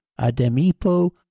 Ademipo